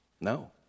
No